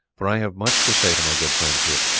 for i have much to say to my good friends here.